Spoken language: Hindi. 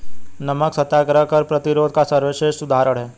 नमक सत्याग्रह कर प्रतिरोध का सर्वश्रेष्ठ उदाहरण है